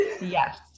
Yes